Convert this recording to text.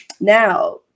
now